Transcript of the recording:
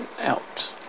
out